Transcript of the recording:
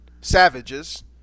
savages